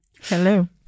hello